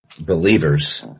Believers